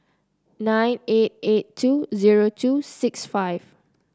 nine eight eight two zero two six five